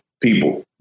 people